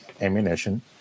ammunition